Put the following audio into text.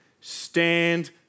Stand